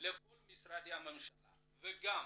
לכל משרדי הממשלה וגם